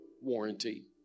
warranty